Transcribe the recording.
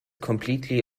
completely